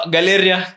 Galeria